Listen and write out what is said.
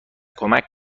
کمک